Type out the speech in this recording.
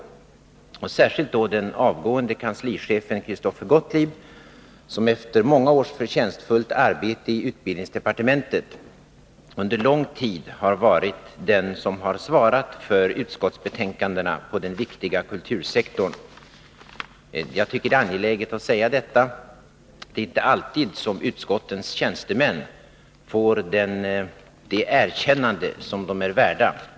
Särskilt vill jag då vända mig till den avgående kanslichefen Christoffer Gottlieb, som efter många års förtjänstfullt arbete i utbildningsdepartementet under lång tid har varit den som har svarat för utskottsbetänkanden inom den viktiga kultursektorn. Jag tycker att det är angeläget att säga detta. Det är inte alltid som utskottens tjänstemän får det erkännande som de är värda.